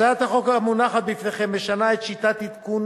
הצעת החוק המונחת בפניכם משנה את שיטת עדכון